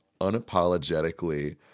Unapologetically